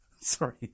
Sorry